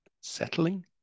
Settling